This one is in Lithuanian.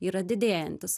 yra didėjantis